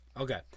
okay